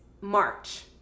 March